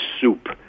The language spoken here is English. soup